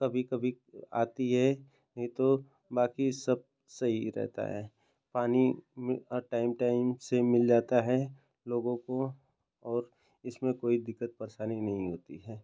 कभी कभी आती है नहीं तो बाकी सब सही रहता है पानी मिलना टाइम टाइम से मिल जाता है लोगों को और इसमें कोई दिक्कत परेशानी नहीं होती है